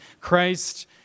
Christ